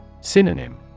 Synonym